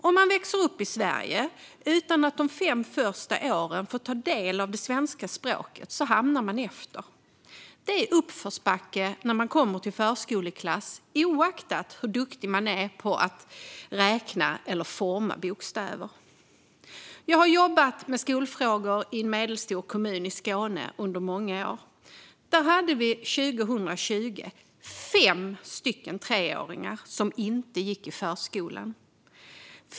Om man växer upp i Sverige utan att under de första fem åren få ta del av svenska språket hamnar man efter. Det är en uppförsbacke när man kommer till förskoleklass, oavsett hur duktig man är på att räkna eller forma bokstäver. Jag har under många år jobbat med skolfrågor i en medelstor kommun i Skåne. År 2020 hade vi fem stycken treåringar som inte gick i förskolan.